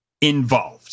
involved